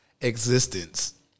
existence